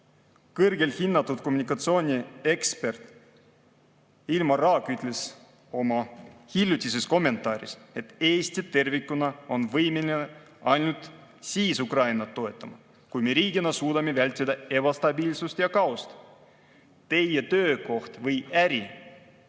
Kõrgelt hinnatud kommunikatsiooniekspert Ilmar Raag ütles oma hiljutises kommentaaris, et Eesti tervikuna on võimeline ainult siis Ukrainat toetama, kui me riigina suudame vältida ebastabiilsust ja kaost. [Igaühe] töökoht või äri